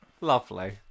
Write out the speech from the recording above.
Lovely